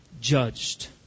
judged